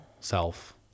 self